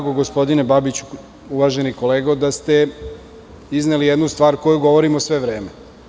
Gospodine Babiću, uvaženi kolega, drago mi je da ste izneli jednu stvar koju govorimo sve vreme.